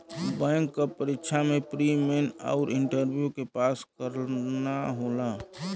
bank क परीक्षा में प्री, मेन आउर इंटरव्यू के पास करना होला